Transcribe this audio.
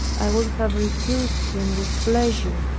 i would have refused him with pleasure,